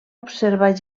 observar